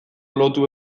lotu